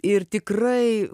ir tikrai